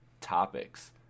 topics